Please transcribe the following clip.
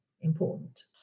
important